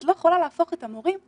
את לא יכולה להפוך את המורים לגננות,